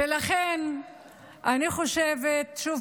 ולכן אני חושבת, שוב,